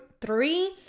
three